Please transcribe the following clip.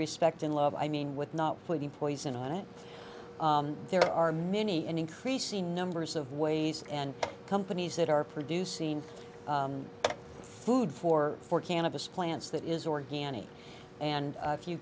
respect and love i mean with not putting poison in it there are many and increasing numbers of ways and companies that are producing food for four cannabis plants that is organic and if you